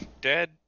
dead